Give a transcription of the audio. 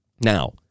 Now